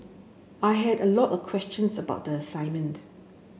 I had a lot of questions about the assignment